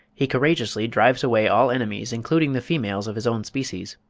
he courageously drives away all enemies including the females of his own species.